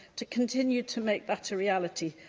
to continue to make that a reality.